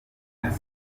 kandi